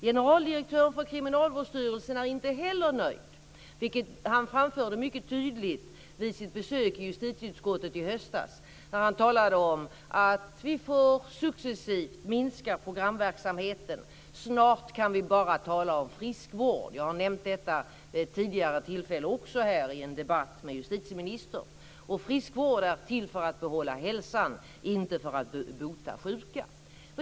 Generaldirektören för Kriminalvårdsstyrelsen är inte heller nöjd, vilket han framförde mycket tydligt vid sitt besök i justitieutskottet i höstas. Då talade han om att vi successivt får minska programverksamheten. Snart kan vi bara tala om friskvård, sade han. Jag har nämnt detta vid ett tidigare tillfälle också, i en debatt med justitieministern. Friskvård är till för att behålla hälsan - inte för att bota sjuka.